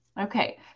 Okay